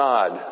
God